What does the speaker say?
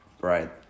Right